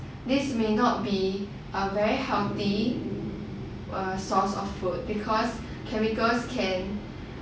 this may not be uh very healthy uh source of food because chemicals can